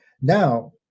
Now